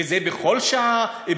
וזה בכל שעה,